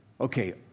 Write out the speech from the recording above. okay